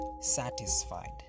satisfied